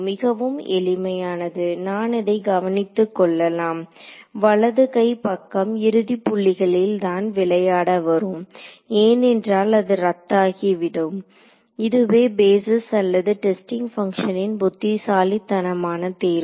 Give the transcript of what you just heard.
மிகவும் எளிமையானது நாம் இதை கவனித்துக் கொள்ளலாம் வலதுகைப் பக்கம் இறுதிப் புள்ளிகளில் தான் விளையாட வரும் ஏனென்றால் அது ரத்தாகிவிடும் இதுவே பேஸிஸ் அல்லது டெஸ்டிங் பங்க்ஷனின் புத்திசாலித்தனமான தேர்வு